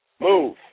Move